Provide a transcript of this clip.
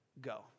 go